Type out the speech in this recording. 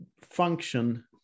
function